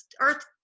earth